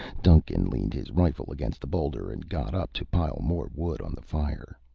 duncan leaned his rifle against the boulder and got up to pile more wood on the fire.